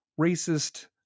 racist